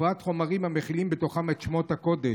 בפרט חומרים המכילים בתוכם את שמות הקודש.